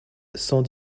cent